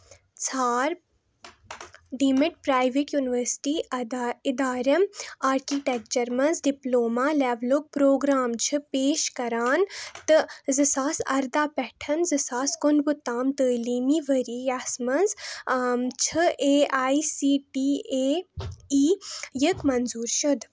ژھار deemed private university ادارٕ یِم آرکِٹیٚکچَر مَنٛز ڈِپلوما لیولُک پروگرام چھُ پیش کران تہٕ زٕ ساس اَردہ پٮ۪ٹھ زٕ ساس کُنہٕ وُہ تام تعلیٖمی ؤرۍ یَس مَنٛز چھِ A I C T A E یٕکۍ منظور شُدٕ